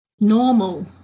normal